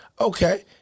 Okay